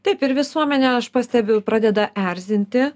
taip ir visuomenę aš pastebiu pradeda erzinti